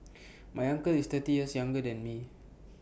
my uncle is thirty years younger than me